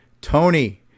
Tony